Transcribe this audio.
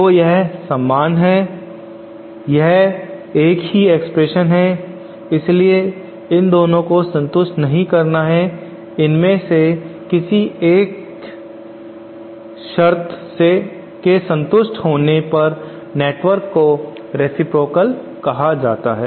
तो यह समान है यह एक ही एक्सप्रेशन है इसलिए इन दोनों को संतुष्ट नहीं करना है इनमें से किसी एक को किसी भी एक शर्त से संतुष्ट होने पर नेटवर्क को रेसिप्रोकाल नेटवर्क कहा जाता है